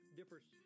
differs